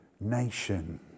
nation